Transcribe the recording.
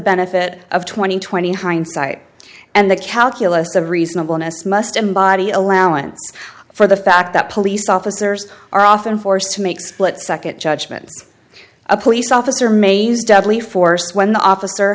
benefit of twenty twenty hindsight and the calculus of reasonableness must embody allowance for the fact that police officers are often forced to make split second judgments a police officer may's deadly force when the officer